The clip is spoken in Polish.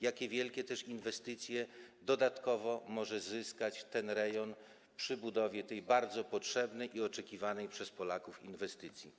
Jakie wielkie inwestycje dodatkowo może zyskać ten rejon przy budowie tej bardzo potrzebnej i oczekiwanej przez Polaków inwestycji?